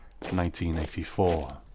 1984